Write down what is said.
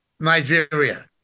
Nigeria